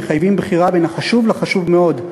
בהתחשב במקורות המחייבים בחירה בין החשוב לחשוב מאוד,